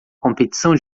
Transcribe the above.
competição